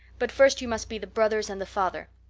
but first you must be the brothers and the father.